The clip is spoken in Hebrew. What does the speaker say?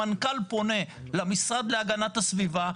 המנכ"ל פונה למשרד להגנת הסביבה,